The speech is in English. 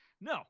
no